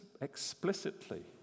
explicitly